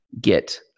get